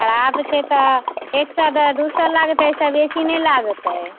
खराप छै तऽ एक सए दू सए लगतै एहिसँ बेसी नहि लागतै